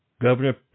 Governor